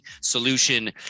solution